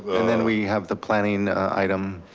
and then we have the planning item.